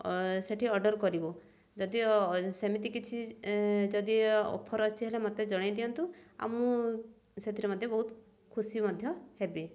ସେଠି ଅର୍ଡ଼ର କରିବୁ ଯଦିଓ ସେମିତି କିଛି ଯଦି ଅଫର୍ ଅଛି ହେଲେ ମୋତେ ଜଣାଇ ଦିଅନ୍ତୁ ଆଉ ମୁଁ ସେଥିରେ ମୋତେ ବହୁତ ଖୁସି ମଧ୍ୟ ହେବି